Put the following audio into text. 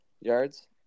yards